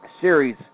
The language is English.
series